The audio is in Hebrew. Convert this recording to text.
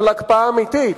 אבל הקפאה אמיתית,